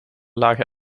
lagen